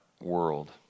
world